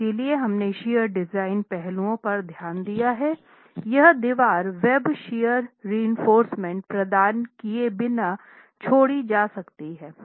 तो इसलिए हमने शियर डिज़ाइन पहलुओं पर ध्यान दिया है यह दीवार वेब शियर रीइनफोर्रसमेंट प्रदान किए बिना छोड़ी जा सकती है